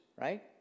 right